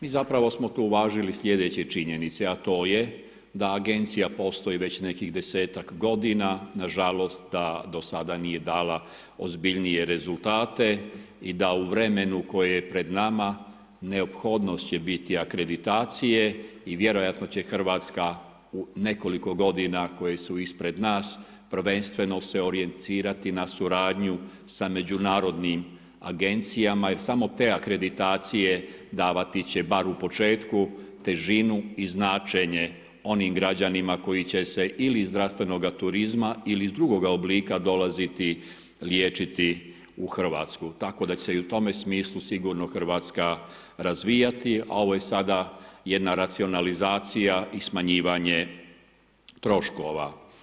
Mi zapravo smo tu uvažili slijedeće činjenice, a to je da agencija postoji već nekih 10-tak godina na žalost da do sada nije dala ozbiljnije rezultate i da u vremenu koje je pred nama neophodnost će biti akreditacije i vjerojatno će Hrvatska u nekoliko godina koje su ispred nas prvenstveno se orijentirati na suradnju sa međunarodnim agencijama, jer samo te akreditacije davati ti će bar u početku težinu i značenje onim građanima koji će se ili iz zdravstvenoga turizma ili iz drugoga oblika dolaziti liječiti u Hrvatsku, tako da će se i u tome smislu sigurno Hrvatska razvijati, a ovo je sada jedna racionalizacija i smanjivanje troškova.